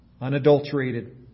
Unadulterated